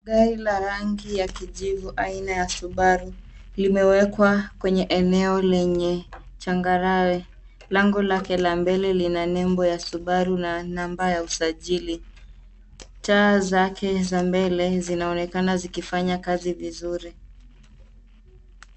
Gari la rangi ya kijivu aina ya cs[subaru]cs limewekwa kwenye eneo lenye changarawe. Lango lake la mbele lina nembo ya cs[subaru]cs na namba ya usajili. Taa zake za mbele zinaonekana zikifanya kazi vizuri.